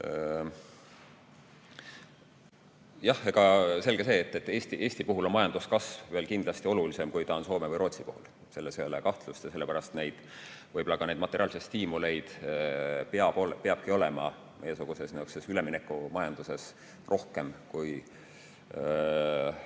Jah, selge see, et Eesti puhul on majanduskasv veel kindlasti olulisem, kui ta on Soome või Rootsi puhul. Selles ei ole kahtlust. Sellepärast võib-olla ka neid materiaalseid stiimuleid peabki olema meiesuguses, üleminekumajandusega riigis rohkem kui,